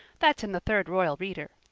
that's in the third royal reader.